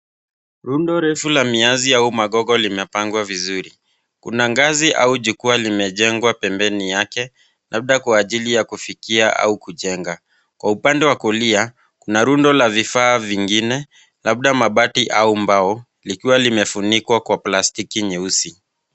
Rundu refu ya mianzi au mogogo limepangwa vizuri. kuna ngazi au jukuwa limejengwa pembeni yake na labda wa ajili kufikia au kujenga. Kwa upande wa kulia kuna rundo la vifaa vingine labda mabati au mbao likiwa limefunikwa kwa plastiki nyeusi.